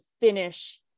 finish